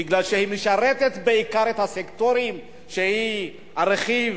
מפני שהיא משרתת בעיקר את הסקטורים שהם הרכיב